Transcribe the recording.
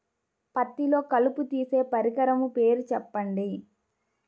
పత్తిలో కలుపు తీసే పరికరము పేరు చెప్పండి